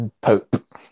pope